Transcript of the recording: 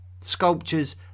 Sculptures